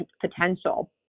potential